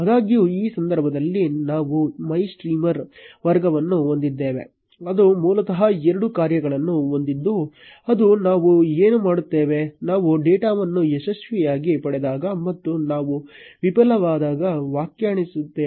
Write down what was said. ಆದಾಗ್ಯೂ ಈ ಸಂದರ್ಭದಲ್ಲಿ ನಾವು MyStreamer ವರ್ಗವನ್ನು ಹೊಂದಿದ್ದೇವೆ ಅದು ಮೂಲತಃ ಎರಡು ಕಾರ್ಯಗಳನ್ನು ಹೊಂದಿದ್ದು ಅದು ನಾವು ಏನು ಮಾಡುತ್ತೇವೆ ನಾವು ಡೇಟಾವನ್ನು ಯಶಸ್ವಿಯಾಗಿ ಪಡೆದಾಗ ಮತ್ತು ನಾವು ವಿಫಲವಾದಾಗ ವ್ಯಾಖ್ಯಾನಿಸುತ್ತೇವೆ